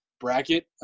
bracket